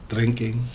Drinking